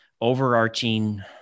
overarching